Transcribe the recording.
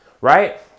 right